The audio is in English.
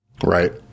Right